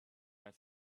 its